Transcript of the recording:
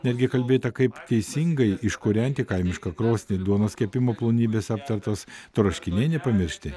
netgi kalbėta kaip teisingai iškūrenti kaimišką krosnį duonos kepimo plonybės aptartos troškiniai nepamiršti